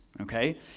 okay